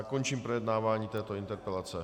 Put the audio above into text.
Končím projednávání této interpelace.